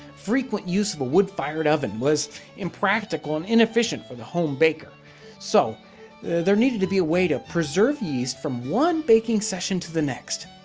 frequent use of a wood fired oven was impractical and inefficient for the home baker so there needed to be a way to preserve yeast from one baking session to the next.